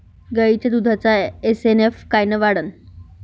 गायीच्या दुधाचा एस.एन.एफ कायनं वाढन?